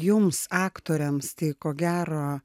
jums aktoriams tai ko gero